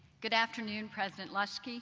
good afternoon, president loeschke,